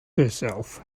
herself